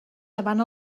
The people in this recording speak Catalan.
davant